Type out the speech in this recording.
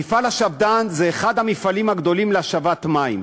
מפעל השפד"ן הוא אחד המפעלים הגדולים להשבת מים.